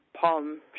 palm